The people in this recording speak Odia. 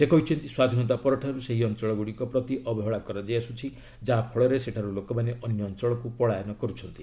ସେ କହିଛନ୍ତି ସ୍ୱାଧୀନତା ପରଠାରୁ ସେହି ଅଞ୍ଚଳଗୁଡ଼ିକ ପ୍ରତି ଅବହେଳା କରାଯାଇ ଆସୁଛି ଯାହାଫଳରେ ସେଠାରୁ ଲୋକମାନେ ଅନ୍ୟ ଅଞ୍ଚଳକୁ ପଳାୟନ କରୁଛନ୍ତି